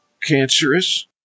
cancerous